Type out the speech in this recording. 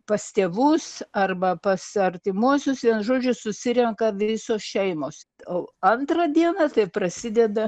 pas tėvus arba pas artimuosius vienu žodžiu susirenka visos šeimos o antrą dieną tai prasideda